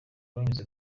banyuze